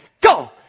Go